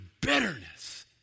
bitterness